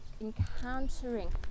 encountering